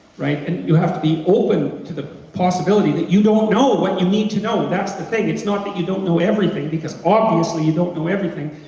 right? and you'll have to be open to the possibility that you don't know what you need to know, that's the thing, it's not that you don't know everything because obviously you don't know everything,